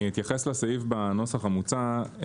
אתייחס לסעיף בנוסח המוצע.